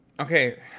Okay